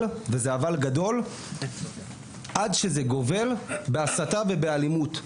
אבל, וזה אבל גדול, עד שזה גובל בהסתה ובאלימות.